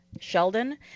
sheldon